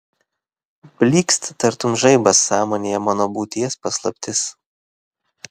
blykst tartum žaibas sąmonėje mano būties paslaptis